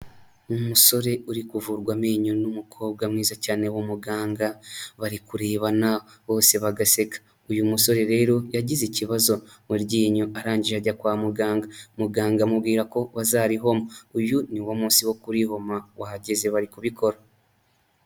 Umusore uri kuvurwa amenyo n'umukobwa mwiza cyane w'umuganga, bari kurebana bose bagaseka, uyu musore rero yagize ikibazo mu ryinyo arangije ajya kwa muganga, muganga amubwira ko bazarihoma, uyu niwo munsi wo kurihoma wageze bari kubikora.